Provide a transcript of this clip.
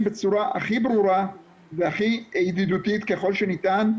בצורה הכי ברורה והכי ידידותית ככל שניתן,